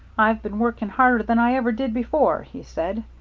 i've been working harder than i ever did before, he said.